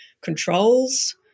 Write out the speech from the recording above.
controls